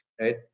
right